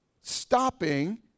stopping